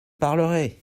parlerai